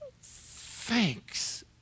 thanks